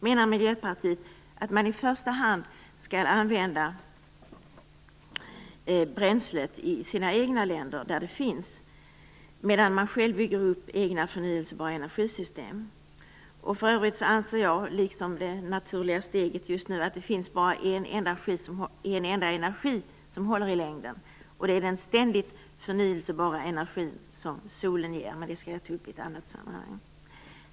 Miljöpartiet menar att bränslet i första hand skall användas i de länder där det finns, medan man själv bygger upp egna, förnybara energisystem. För övrigt anser jag, liksom Det Naturliga Steget, att det bara finns en enda energi som håller i längden, och det är den ständigt förnybara energi som solen ger, men det skall jag ta upp i ett annat sammanhang.